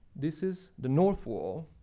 this is the north wall,